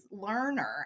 learner